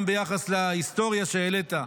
גם ביחס להיסטוריה שהעלית,